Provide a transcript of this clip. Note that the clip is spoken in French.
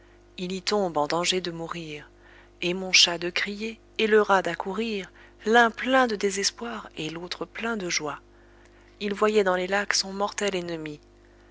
il y tombe en danger de mourir et mon chat de crier et le rat d'accourir l'un plein de désespoir et l'autre plein de joie il voyait dans les lacs son mortel ennemi